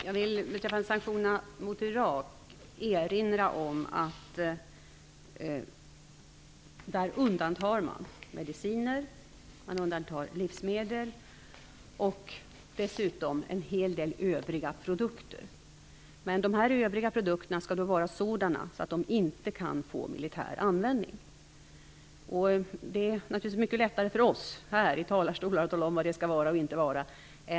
Fru talman! Beträffande sanktioner mot Irak vill jag erinra om att mediciner och livsmedel undantas, liksom en hel del övriga produkter. Dessa övriga produkter skall vara sådana att de inte kan få militär användning. Det är naturligtvis mycket lättare för oss här i talarstolen än för en Sanktionskommitté att tala om vad det skall vara och inte vara.